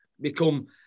become